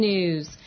News